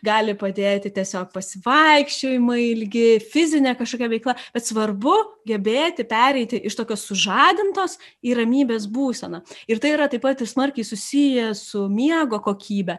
gali padėti tiesiog pasivaikščiojimai ilgi fizinė kažkokia veikla bet svarbu gebėti pereiti iš tokios sužadintos į ramybės būseną ir tai yra taip pat ir smarkiai susiję su miego kokybe